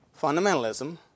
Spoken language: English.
fundamentalism